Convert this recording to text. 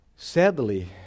Sadly